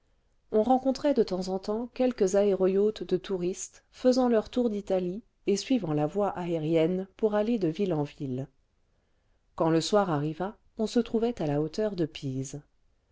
on rencontrait de temps en temps quelques aéro yachts de touristes faisant leur tour d'italie et suivant la voie aérienne pour aller de ville en ville quand le soir arriva on se trouvait à la hauteur de pise